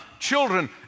children